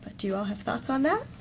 do you all have thoughts on that?